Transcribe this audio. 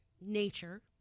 nature